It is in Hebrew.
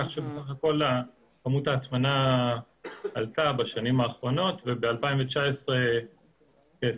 כך שבסך הכול כמות ההטמנה עלתה בשנים האחרונות וב-2019 23%